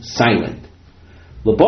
silent